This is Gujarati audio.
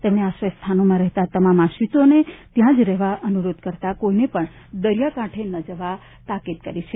તેમણે આશ્રય સ્થાનોમાં રહેતા તમામ આશ્રિતોને ત્યાં જ રહેવા અનુરોધ કરતાં કોઈને પણ દરિયાકાંઠે ન જવા પણ તાકીદ કરી હતી